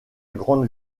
grande